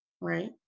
Right